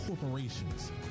corporations